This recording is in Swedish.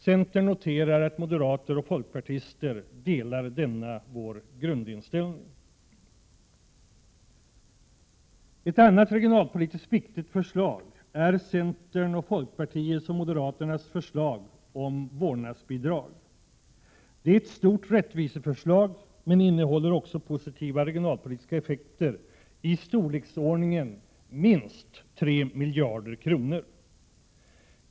Centern noterar att moderater och folkpartister delar denna vår grundinställning. Ett annat regionalpolitiskt viktigt förslag är centerns, folkpartiets och moderaternas förslag om vårdnadsbidrag. Det är ett stort rättviseförslag, och det skulle också medföra positiva regionalpolitiska effekter i storleksordningen minst 3 miljarder kronor.